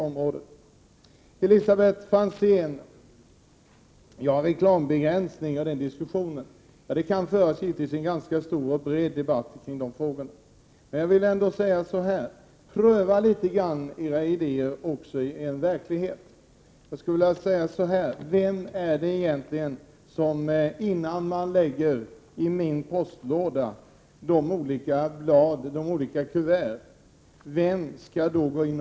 Till Elisabet Franzén vill jag säga att det givetvis kan föras en ganska bred debatt kring frågan om reklambegränsning. Men låt mig också uppmana er att pröva era idéer i verkligheten.